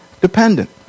dependent